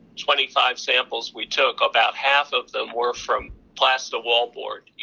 twenty five samples we took, about half of them were from plaster wall boards.